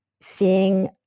seeing